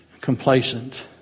complacent